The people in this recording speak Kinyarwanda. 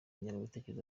ingengabitekerezo